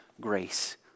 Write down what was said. grace